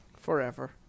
Forever